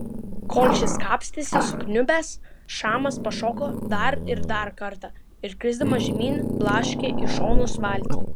kol šis kapstėsi sukniubęs šamas pašoko dar ir dar kartą ir krisdamas žemyn blaškė į šonus valtį